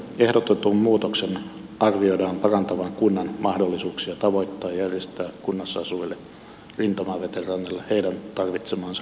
ehdotetun muutoksen arvioidaan parantavan kunnan mahdollisuuksia tavoittaa ja järjestää kunnassa asuville rintamaveteraaneille heidän tarvitsemaansa kuntoutusta